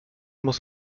muss